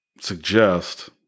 suggest